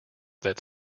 that